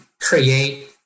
create